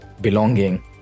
belonging